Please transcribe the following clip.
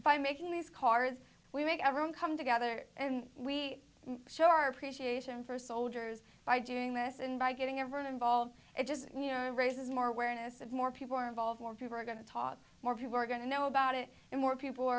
by making these cars we make everyone come together and we show our appreciation for soldiers by doing this and by getting everyone involved it just raises more awareness and more people are involved more people are going to talk more people are going to know about it and more people